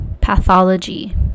pathology